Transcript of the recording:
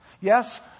Yes